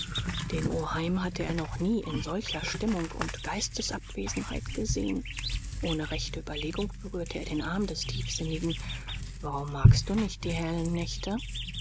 den oheim hatte er noch nie in solcher stimmung und geistesabwesenheit gesehen ohne rechte überlegung berührte er den arm des tiefsinnigen warum magst du nicht die hellen nächte